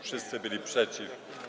Wszyscy byli przeciw.